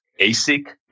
ASIC